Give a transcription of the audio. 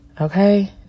Okay